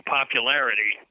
popularity